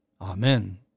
Amen